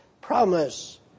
promise